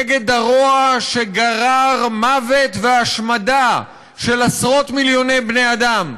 נגד הרוע שגרר מוות והשמדה של עשרות מיליוני בני אדם,